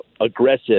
aggressive